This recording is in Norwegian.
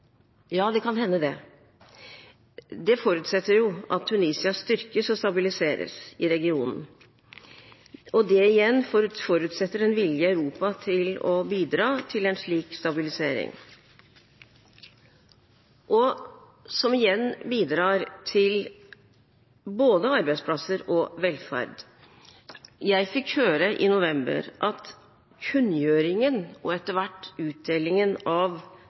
Ja, det kan hende. Det forutsetter at Tunisia styrkes og stabiliseres i regionen, og det igjen forutsetter en vilje i Europa til å bidra til en slik stabilisering, som igjen bidrar til både arbeidsplasser og velferd. Jeg fikk høre i november at kunngjøringen – og etter hvert utdelingen – av